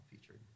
featured